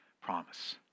promise